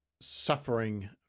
suffering